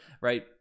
right